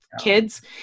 kids